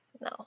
no